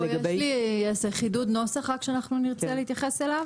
פה יש לי איזה חידוד נוסח רק שאנחנו נרצה להתייחס אליו.